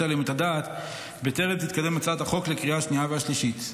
עליהם את הדעת בטרם תתקדם הצעת החוק לקריאה השנייה והשלישית.